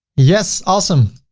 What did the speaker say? yes. awesome.